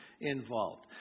involved